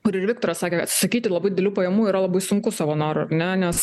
kur ir viktoras sakė atsisakyti labai didelių pajamų yra labai sunku savo noru ar ne nes